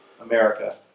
America